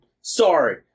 Sorry